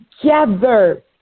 together